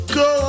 go